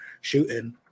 shooting